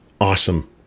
awesome